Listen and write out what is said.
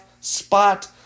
spot